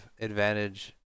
advantage